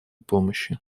помощи